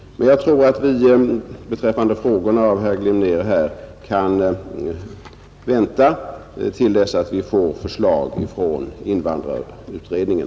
Jag tror att vi när det gäller herr Glimnérs frågor kan vänta till dess att vi får förslag från invandrarutredningen.